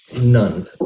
None